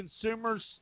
consumers